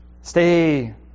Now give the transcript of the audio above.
stay